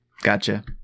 Gotcha